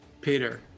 Peter